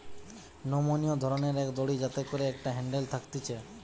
নমনীয় ধরণের এক দড়ি যাতে করে একটা হ্যান্ডেল থাকতিছে